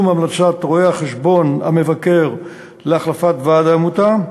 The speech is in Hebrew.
המלצת רואה-החשבון המבקר להחלפת ועד העמותה,